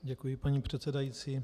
Děkuji, paní předsedající.